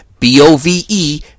b-o-v-e